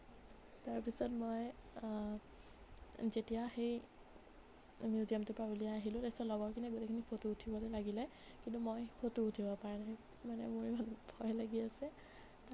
তাৰপিছত মই যেতিয়া সেই মিউজিয়ামটোৰ পৰা ওলাই আহিলোঁ তাৰপাছত লগৰখিনিয়ে ফটো উঠিবলৈ লাগিলে কিন্তু মই ফটো উঠিব পৰা নাই মানে মোৰ ভয় লাগি আছে